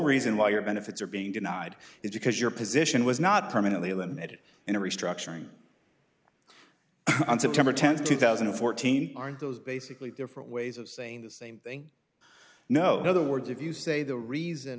reason why your benefits are being denied it because your position was not permanently limited in a restructuring on september tenth two thousand and fourteen aren't those basically different ways of saying the same thing no other words if you say the reason